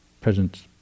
present